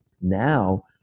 now